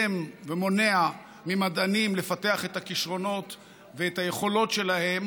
ומונע ממדענים לפתח את הכישרונות ואת היכולות שלהם